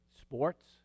Sports